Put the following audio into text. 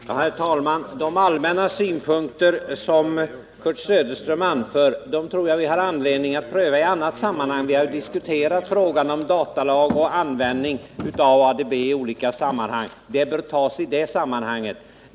Herr talman! De allmänna synpunkter som Kurt Söderström anför tror jag att vi har anledning att pröva i annat sammanhang. Vi har i olika omgångar diskuterat datalagen och användningen av ADB i övrigt, och dessa synpunkter bör tas upp i sådana sammanhang.